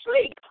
sleep